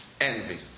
envy